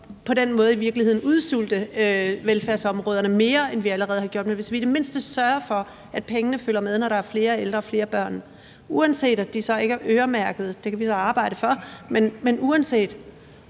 virkeligheden udsulte velfærdsområderne mere, end vi allerede har gjort. Men hvis vi i det mindste sørger for, at pengene følger med, når der er flere ældre og flere børn, uanset at de så ikke er øremærket – det kan vi jo arbejde for at